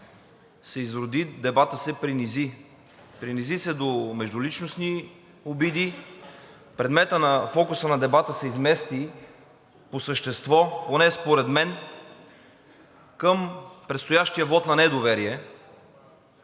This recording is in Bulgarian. се изроди. Дебатът се принизи. Принизи се до междуличностни обиди. Фокусът на дебата се измести по същество, поне според мен, към предстоящия вот на недоверие.